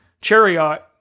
Chariot